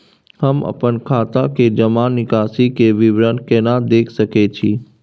हम अपन खाता के जमा निकास के विवरणी केना देख सकै छी?